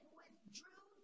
withdrew